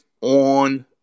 on